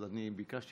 אז אני ביקשתי